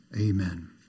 amen